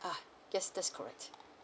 ah yes that's correct